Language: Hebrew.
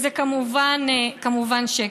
זה כמובן שקר.